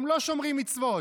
הם לא שומרים מצוות.